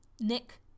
Nick